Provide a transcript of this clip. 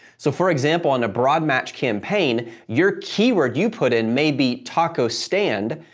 so, for example, on a broad match campaign, your keyword you put in maybe taco stand,